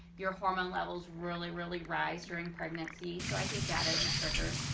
your hormone levels really really rise during pregnancy, so i think that is a trigger.